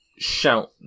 shout